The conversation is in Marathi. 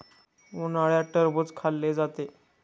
उन्हाळ्यात टरबूज खाल्ले जाते